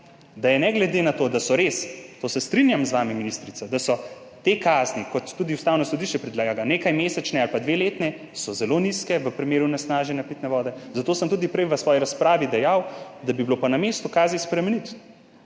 da je ne glede na to, da so res, se strinjam z vami, ministrica, te kazni, kot tudi Ustavno sodišče predlaga, nekajmesečne ali dveletne, zelo nizke v primeru onesnaženja pitne vode – zato sem tudi prej v svoji razpravi dejal, da bi bilo pa na mestu kazni spremeniti,